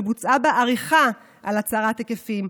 שבוצעה בה עריכה של הצרת היקפים.